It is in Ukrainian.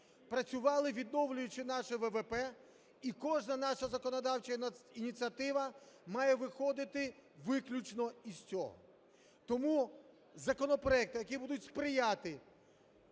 працювали, відновлюючи наше ВВП. І кожна наша законодавча ініціатива має виходити виключно із цього. Тому законопроекти, які будуть сприяти